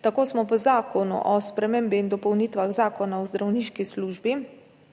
Tako smo v Zakonu o spremembah in dopolnitvah Zakona o zdravniški službi